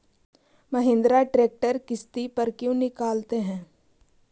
Mahindra tractor किसति पर क्यों निकालते हैं?